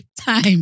time